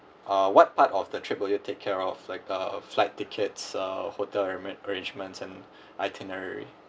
uh what part of the trip will you take care of like uh flight tickets uh hotel room arrange~ arrangements and itinerary